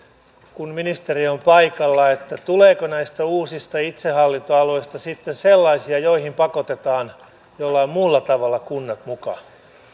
kun ministeri on paikalla ja tuleeko näistä uusista itsehallintoalueista sitten sellaisia joihin pakotetaan jollain muulla tavalla kunnat mukaan